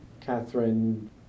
Catherine